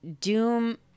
Doom